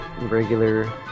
regular